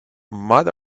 mud